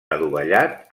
adovellat